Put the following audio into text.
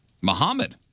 Muhammad